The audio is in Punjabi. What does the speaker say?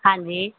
ਹਾਂਜੀ